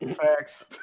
Facts